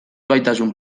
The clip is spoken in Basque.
gaitasun